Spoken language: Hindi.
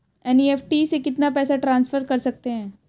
एन.ई.एफ.टी से कितना पैसा ट्रांसफर कर सकते हैं?